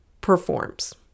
performs